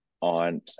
on